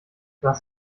was